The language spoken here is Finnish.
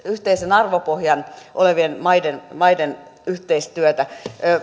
arvopohjaa olevien maiden maiden yhteistyötä